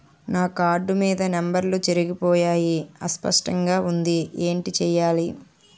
నా కార్డ్ మీద నంబర్లు చెరిగిపోయాయి అస్పష్టంగా వుంది ఏంటి చేయాలి?